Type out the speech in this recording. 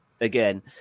again